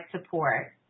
support